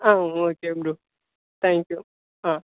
ah okay bro thank you ah